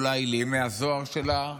אולי לימי הזוהר שלה,